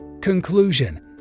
Conclusion